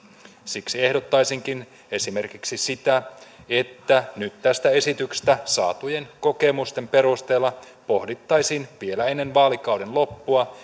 siksi ehdottaisinkin esimerkiksi sitä että nyt tästä esityksestä saatujen kokemusten perusteella pohdittaisiin vielä ennen vaalikauden loppua